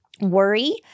worry